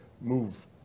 move